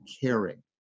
caring